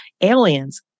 aliens